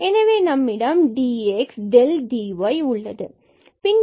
எனவே நம்மிடம் dx del dy உள்ளது